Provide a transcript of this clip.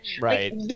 Right